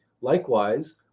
Likewise